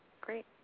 Great